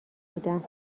بودم